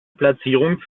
platzierung